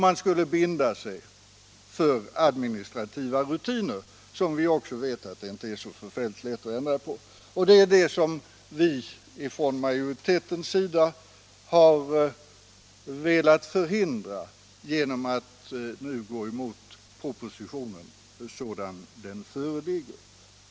Man skulle även binda sig för administrativa rutiner som vi vet att det inte är så lätt att ändra på. Det är det vi från majoritetens sida velat förhindra genom att gå emot propositionen sådan den föreligger.